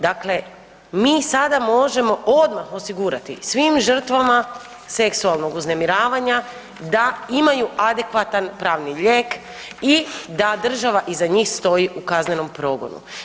Dakle, mi sada možemo odmah osigurati svim žrtvama seksualnog uznemiravanja da adekvatan pravni lijek i da država iza njih stoji u kaznenom progonu.